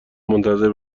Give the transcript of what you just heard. منتظر